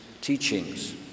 teachings